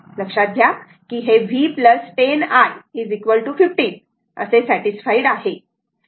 लक्षात घ्या की हे v 10 i 15 सॅटिसफाईड आहे